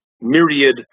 myriad